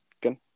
good